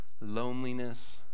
loneliness